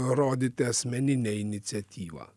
rodyti asmeninę iniciatyvą